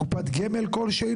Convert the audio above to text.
קופת גמל כלשהי,